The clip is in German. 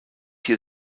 hier